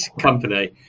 company